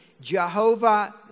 Jehovah